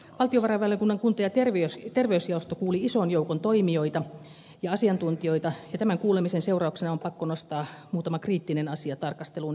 valtiovarainvaliokunnan kunta ja terveysjaosto kuuli ison joukon toimijoita ja asiantuntijoita ja tämän kuulemisen seurauksena on pakko nostaa muutama kriittinen asia tarkasteluun ensiksi